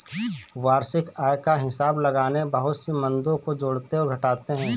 वार्षिक आय का हिसाब लगाने में बहुत सी मदों को जोड़ते और घटाते है